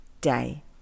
day